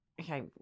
okay